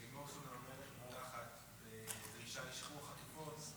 כשלימור סון הר מלך פותחת בדרישה לשחרור החטופות,